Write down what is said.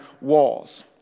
walls